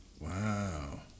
Wow